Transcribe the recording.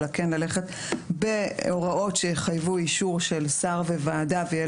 אלא כן ללכת בהוראות שיחייבו אישור של שר וועדה ויהיה